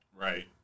Right